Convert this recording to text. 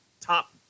top